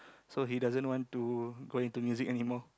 so he doesn't want to go into music anymore